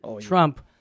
Trump